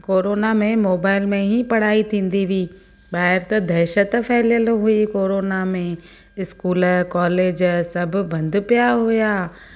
corona में mobile में ई पढ़ाई थींदी हुई ॿाहिरि त दहिशत फहिलियलु हुई कॉरोना में स्कूल कॉलेज सभु बंदि पिया हुया